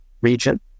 region